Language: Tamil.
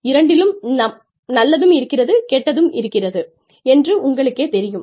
இரண்டிலும் நல்லதும் இருக்கிறது கெட்டதும் இருக்கிறது என்று உங்களுக்கேத் தெரியும்